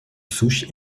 souches